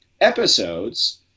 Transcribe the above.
episodes